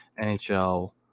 NHL